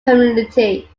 community